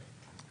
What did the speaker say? תשובה.